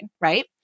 right